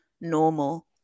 normal